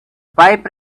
pipe